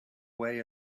way